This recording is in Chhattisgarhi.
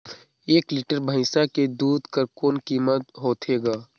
एक लीटर भैंसा के दूध कर कौन कीमत होथे ग?